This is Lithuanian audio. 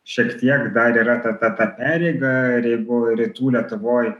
šiek tiek dar yra ta ta ta pereiga ir jeigu rytų lietuvoj